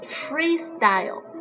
freestyle